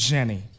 Jenny